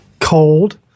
Cold